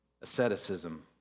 asceticism